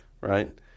right